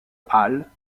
halle